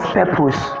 purpose